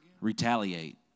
retaliate